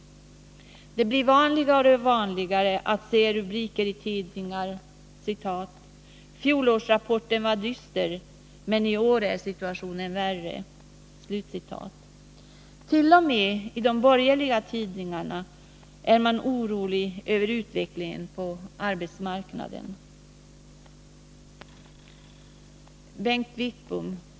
Det blir vanligare och vanligare att man i tidningarna ser påståenden som: ”Fjolårsrapporten var dyster men i år är situationen ännu värre.” T. o. m. i borgerliga tidningar är man orolig över utvecklingen på arbetsmarknaden.